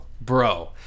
Bro